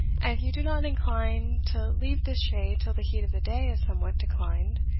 and if you do not incline to leave this shade till the heat of the day has somewhat declined,